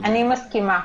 אני מסכימה.